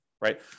right